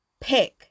pick